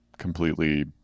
completely